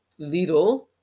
Lidl